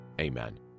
Amen